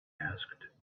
asked